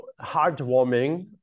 heartwarming